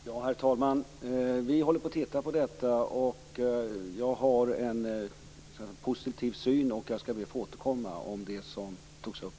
Herr talman! Vi håller på att titta på detta, och jag har en positiv syn, och jag skall be att få återkomma om det som här togs upp.